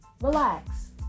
relax